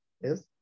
yes